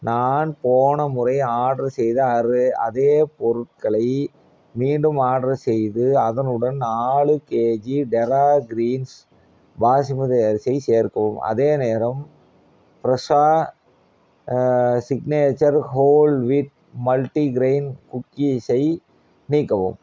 நான் போன முறை ஆர்ட்ரு செய்த அரு அதே பொருட்களை மீண்டும் ஆர்ட்ரு செய்து அதனுடன் நாலு கேஜி டெரா க்ரீன்ஸ் பாசுமதி அரிசியை சேர்க்கவும் அதே நேரம் ஃப்ரெஷ்ஷா சிக்னேச்சர் ஹோல் வீட் மல்டிக்ரைன் குக்கீஸை நீக்கவும்